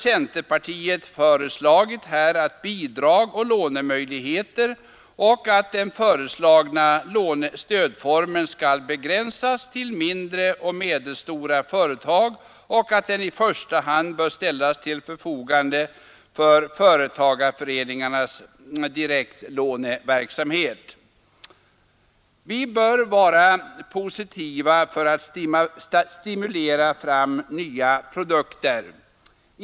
Centern har föreslagit bidrag och lånemöjligheter och man har önskat att den föreslagna stödformen skall begränsas till mindre och medelstora företag och i första hand ställas till förfogande för företagarföreningarnas direktlåneverksamhet. Vi bör vara positiva när det gäller att stimulera fram nya produkter.